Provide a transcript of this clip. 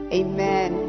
amen